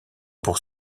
pour